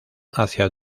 hacia